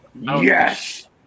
Yes